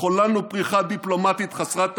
חוללנו פריחה דיפלומטית חסרת תקדים.